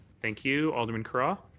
thank you. alderman carra.